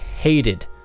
hated